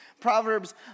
proverbs